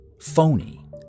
phony